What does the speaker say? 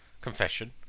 confession